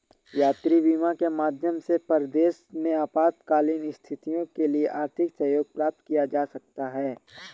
यात्री बीमा के माध्यम से परदेस में आपातकालीन स्थितियों के लिए आर्थिक सहयोग प्राप्त किया जा सकता है